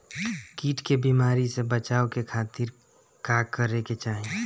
कीट के बीमारी से बचाव के खातिर का करे के चाही?